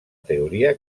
teoria